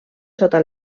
sota